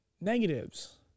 negatives